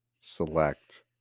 select